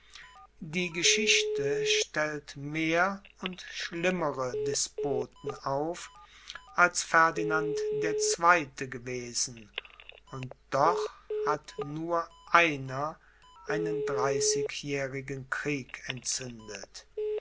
die geschichte stellt mehr und schlimmere despoten auf als ferdinand der zweite gewesen und doch hat nur einer einen dreißigjährigen krieg entzündet